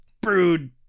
brood